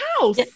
house